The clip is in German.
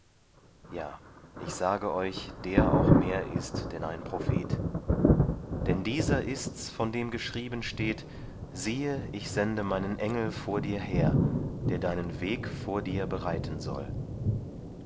ja ich sage euch der auch mehr ist denn ein prophet denn dieser ist's von dem geschrieben steht siehe ich sende meinen engel vor dir her der deinen weg vor dir bereiten soll